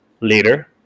later